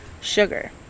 sugar